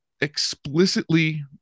explicitly